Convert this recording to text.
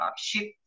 ship